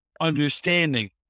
understanding